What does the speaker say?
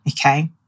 Okay